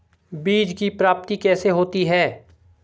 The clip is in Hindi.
बीज की प्राप्ति कैसे होती है?